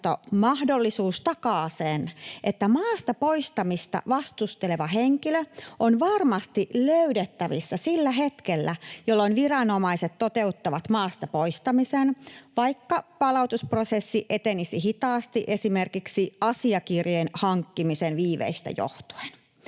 säilöönottomahdollisuus takaa sen, että maasta poistamista vastusteleva henkilö on varmasti löydettävissä sillä hetkellä, jolloin viranomaiset toteuttavat maasta poistamisen, vaikka palautusprosessi etenisi hitaasti esimerkiksi asiakirjojen hankkimisen viiveistä johtuen.